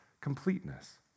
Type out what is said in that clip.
completeness